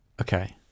Okay